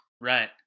Right